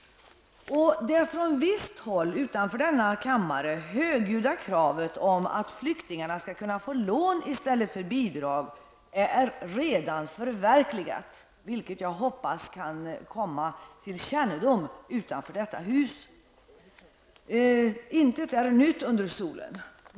Det från visst håll utanför denna kammare högljudda kravet på att flyktingarna skall få lån i stället för bidrag är redan förverkligat. Jag hoppas detta skall komma till kännedom även utanför detta hus. Intet är nytt under solen.